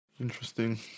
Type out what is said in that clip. Interesting